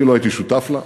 אני לא הייתי שותף לה.